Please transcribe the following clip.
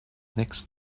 next